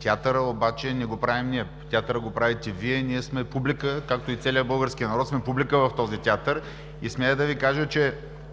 Театъра обаче не го правим ние, театъра го правите Вие, ние сме публика, както и целият български народ е публика в този театър. Смея да Ви кажа, че